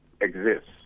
exists